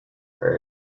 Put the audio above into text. heard